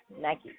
Nike